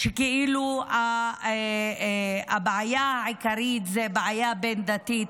שכאילו הבעיה העיקרית היא בעיה בין-דתית,